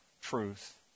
truth